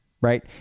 right